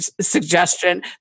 suggestion